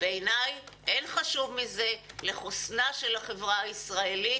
בעיניי אין חשוב מזה לחוסנה של החברה הישראלית